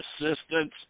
assistance